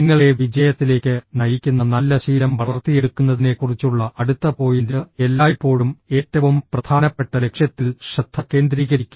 നിങ്ങളെ വിജയത്തിലേക്ക് നയിക്കുന്ന നല്ല ശീലം വളർത്തിയെടുക്കുന്നതിനെക്കുറിച്ചുള്ള അടുത്ത പോയിന്റ്ഃ എല്ലായ്പ്പോഴും ഏറ്റവും പ്രധാനപ്പെട്ട ലക്ഷ്യത്തിൽ ശ്രദ്ധ കേന്ദ്രീകരിക്കുക